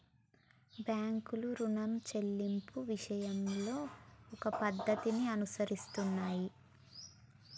బాంకులు రుణం సెల్లింపు విషయాలలో ఓ పద్ధతిని అనుసరిస్తున్నాయి